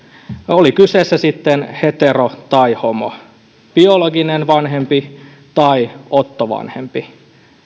oli kyseessä sitten hetero tai homo biologinen vanhempi tai ottovanhempi